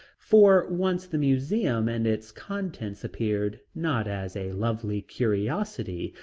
for once the museum and its contents appeared, not as a lovely curiosity,